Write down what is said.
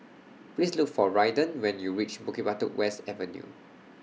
Please Look For Raiden when YOU REACH Bukit Batok West Avenue